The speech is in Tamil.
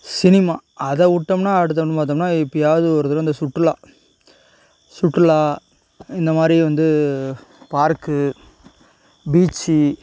சினிமா அதை விட்டோம்னா அடுத்து வந்து பார்த்தோம்னா எப்போயாது ஒரு தரவை இந்த சுற்றுலா சுற்றுலா இந்தமாதிரி வந்து பார்க்கு பீச்சி